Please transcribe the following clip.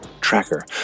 Tracker